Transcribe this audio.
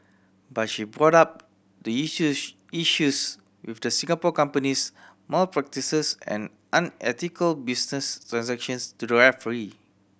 but she brought up the issues with the Singapore company's malpractices and unethical business transactions to the referee